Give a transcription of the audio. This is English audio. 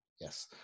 yes